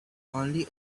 only